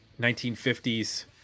1950s